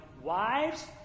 wives